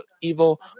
evil